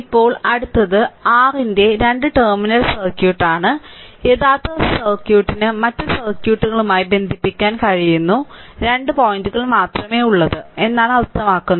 ഇപ്പോൾ അടുത്തത് r ന്റെ രണ്ട് ടെർമിനൽ സർക്യൂട്ട് ആണ് യഥാർത്ഥ സർക്യൂട്ടിന് മറ്റ് സർക്യൂട്ടുകളുമായി ബന്ധിപ്പിക്കാൻ കഴിയുന്ന രണ്ട് പോയിന്റുകൾ മാത്രമേ ഉള്ളൂ എന്നാണ് അർത്ഥമാക്കുന്നത്